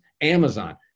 Amazon